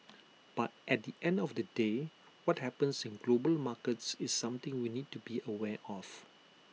but at the end of the day what happens in global markets is something we need to be aware of